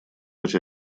быть